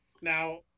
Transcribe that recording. Now